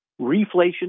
reflation